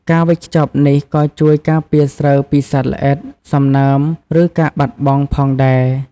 ការវេចខ្ចប់នេះក៏ជួយការពារស្រូវពីសត្វល្អិត សំណើម ឬការបាត់បង់ផងដែរ។